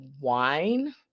wine